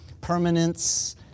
permanence